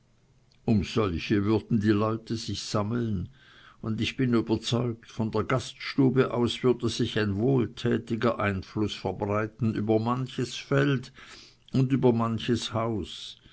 um solche würden die leute sich sammeln und ich bin überzeugt von der gaststube aus würde sich ein wohltätiger einfluß verbreiten über manches feld und über manches haus